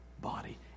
body